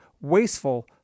wasteful